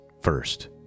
First